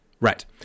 Right